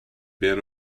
been